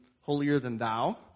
holier-than-thou